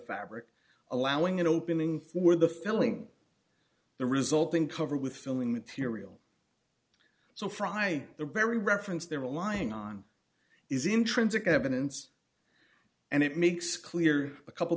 fabric allowing an opening for the filling the resulting cover with filling material so frying the very reference there a lying on is intrinsic evidence and it makes clear a couple